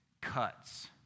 cuts